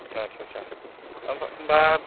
आदसा आदसा होनबा